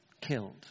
killed